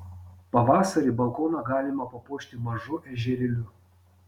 pavasarį balkoną galima papuošti mažu ežerėliu